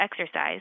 exercise